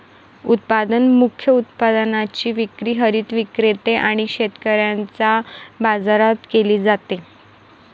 उत्पादन मुख्य उत्पादनाची विक्री हरित विक्रेते आणि शेतकऱ्यांच्या बाजारात केली जाते